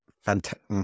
fantastic